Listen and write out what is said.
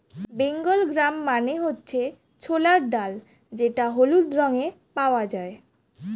Bengal gram মানে হচ্ছে ছোলার ডাল যেটা হলুদ রঙে পাওয়া যায়